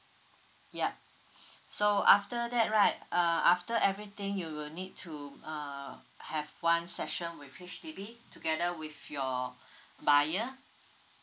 yup so after that right uh after everything you will need to uh have one session with H_D_B together with your buyer